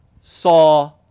saw